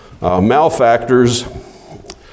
Malfactors